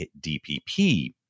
DPP